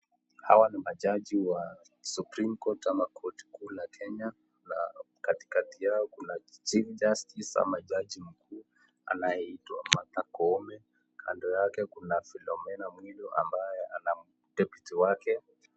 Hawa ni majaji wa Supreme Court ama korti kuu la Kenya na katikati yao kuna Chief Justice ama jaji mkuu anayeitwa Martha Koome. Kando yake kuna Philomena Mwilu ambaye ana Deputy wake.